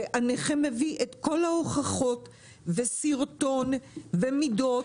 והנכה מביא את כל ההוכחות וסרטון ומידות.